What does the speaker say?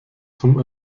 zum